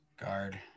Guard